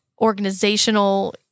organizational